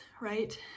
right